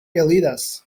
eliras